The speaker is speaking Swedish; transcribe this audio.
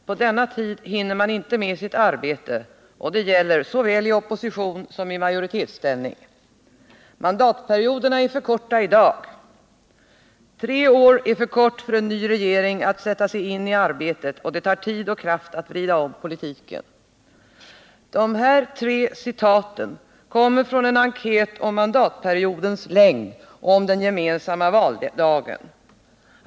På denna tid hinner man inte med sitt arbete och det gäller såväl i opposition som i majoritetsställning.” ”Mandatperioderna är för korta i dag.” ”Tre år är för kort för en ny regering att sätta sig in i arbetet och det tar tid och kraft att vrida om politiken.” De här tre citaten kommer från en enkät om mandatperiodens längd och den gemensamma valdagen.